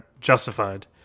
justified